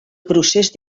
procés